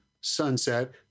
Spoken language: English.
sunset